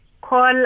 call